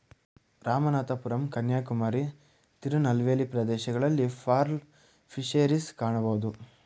ರಾಮನಾಥಪುರಂ ಕನ್ಯಾಕುಮಾರಿ, ತಿರುನಲ್ವೇಲಿ ಪ್ರದೇಶಗಳಲ್ಲಿ pearl fisheries ಕಾಣಬೋದು